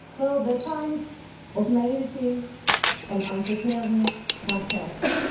well the times of naivety and unpreparedness have passed.